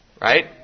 Right